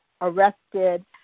arrested